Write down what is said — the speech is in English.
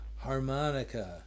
harmonica